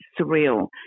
surreal